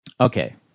Okay